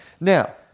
now